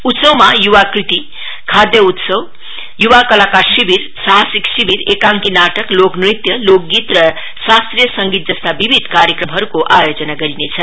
उत्सवमा युवा कृति खाद्यय उत्सव युवा कलाकार शिविरसाहसिक शिविरएकाकी नाटक लोकनृत्यलोकगीत र शास्त्रीय संगीत जस्ता विविध कार्यक्रमहरुको आयोजना गरिनेछ